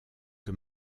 que